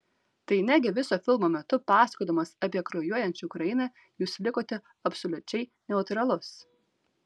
tai negi viso filmo metu pasakodamas apie kraujuojančią ukrainą jūs likote absoliučiai neutralus